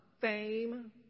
fame